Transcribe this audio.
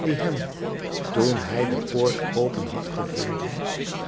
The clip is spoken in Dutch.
die hem toen hij de poort open had gevonden